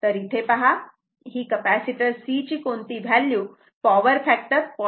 तर इथे पहा कि कपॅसिटर C ची कोणती व्हॅल्यू पॉवर फॅक्टर 0